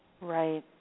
Right